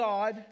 God